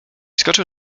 skoczył